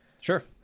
Sure